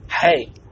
hey